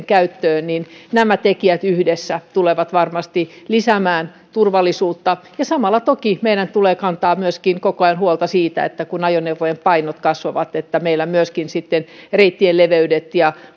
käyttöön niin nämä tekijät yhdessä tulevat varmasti lisäämään turvallisuutta samalla toki meidän tulee kantaa koko ajan huolta myöskin siitä kun ajoneuvojen painot kasvavat että meillä reittien leveyksiä ja